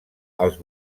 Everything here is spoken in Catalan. els